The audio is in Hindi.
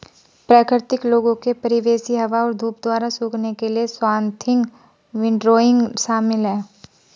प्राकृतिक लोगों के परिवेशी हवा और धूप द्वारा सूखने के लिए स्वाथिंग विंडरोइंग शामिल है